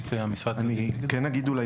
אגיד,